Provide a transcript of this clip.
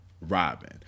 Robin